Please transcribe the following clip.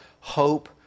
Hope